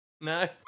No